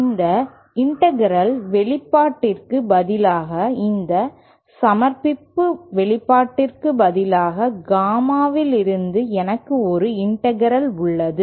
இந்த இண்டெகரல் வெளிப்பாட்டிற்கு பதிலாக இந்த சமர்ப்பிப்பு வெளிப்பாட்டிற்கு பதிலாக காமாவிலிருந்து எனக்கு ஒரு இண்டெகரல் உள்ளது